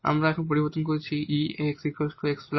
আমরা এখানে পরিবর্তন করছি e 𝑥 𝑋 ℎ